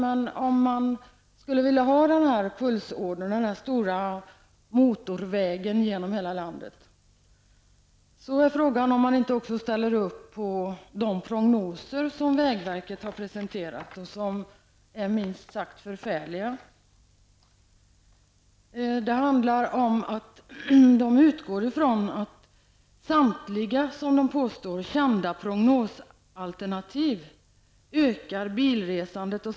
Men om vi skulle få denna stora motorväg genom hela landet, undrar jag om Georg Andersson ställer upp på de prognoser som vägverket har presenterat och som är minst sagt förfärliga. Verket utgår från att enligt samtliga, som man påstår, kända prognosalternativ ökar bilresandet.